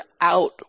out